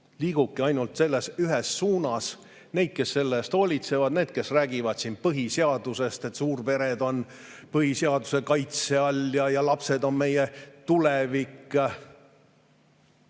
liigubki ainult selles ühes suunas. Need, kes selle eest hoolitsevad ja räägivad siin põhiseadusest, et suurpered on põhiseaduse kaitse all ja lapsed on meie tulevik